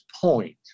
point